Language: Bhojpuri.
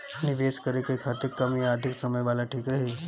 निवेश करें के खातिर कम या अधिक समय वाला ठीक रही?